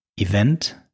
event